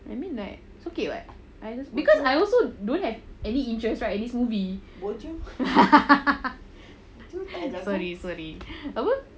I mean like it's okay what I just because I also don't have any interest right in this movie sorry sorry apa